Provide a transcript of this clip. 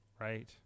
Right